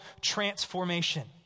transformation